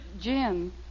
Jim